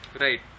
right